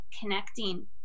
connecting